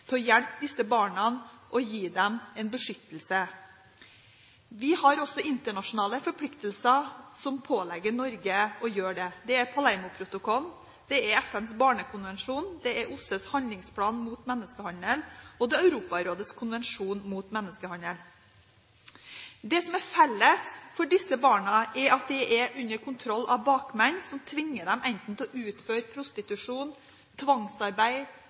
til å hjelpe disse barna og gi dem beskyttelse. Vi har også internasjonale forpliktelser som pålegger Norge å gjøre det. Det er Palermoprotokollen, det er FNs barnekonvensjon, det er OSSEs handlingsplan mot menneskehandel, og det er Europarådets konvensjon mot menneskehandel. Det som er felles for disse barna, er at de er under kontroll av bakmenn som tvinger dem enten til å utføre prostitusjon, tvangsarbeid,